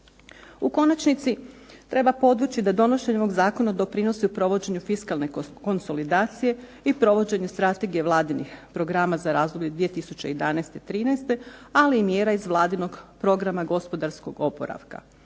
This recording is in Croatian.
U konačnici, treba podvući da donošenje ovog Zakona doprinosi provođenju fiskalne konsolidacije i provođenje strategije vladinih programa za razdoblje 2011./2013. ali i mjera iz vladinog Programa gospodarskog oporavka.